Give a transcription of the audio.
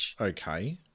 Okay